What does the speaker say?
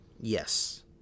Yes